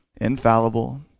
infallible